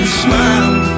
smile